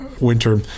winter